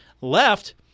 left